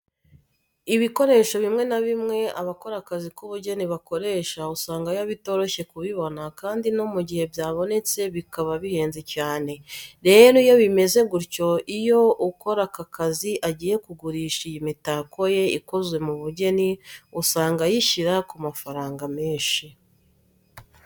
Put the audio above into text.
Ibikoresho bimwe na bimwe abakora akazi ku bugeni bakoresha usanga biba bitoroshye kubibona kandi no mu gihe byabonetse bikaba bihenze cyane. Rero iyo bimeze gutyo, iyo ukora aka kazi agiye kugurisha iyi mitako ye ikoze mu bugeni, usanga ayishyira ku mafaranga menshi.